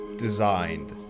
designed